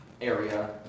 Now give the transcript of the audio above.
area